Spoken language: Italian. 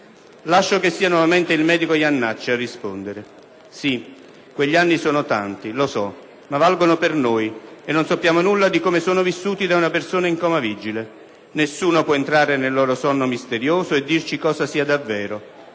Lascio che sia nuovamente il medico Jannacci a rispondere: «Sì, quegli anni sono tanti, lo so, ma valgono per noi e non sappiamo nulla di come sono vissuti da una persona in coma vigile. Nessuno può entrare nel loro sonno misterioso e dirci cosa sia davvero.